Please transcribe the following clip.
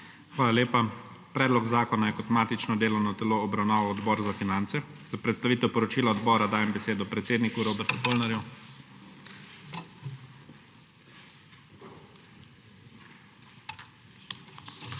Hvala lepa. Predlog zakona je kot matično delovno telo obravnaval Odbor za finance. Za predstavitev poročila odbora dajem besedo predsedniku Robert Polnarju. **ROBERT